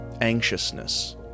anxiousness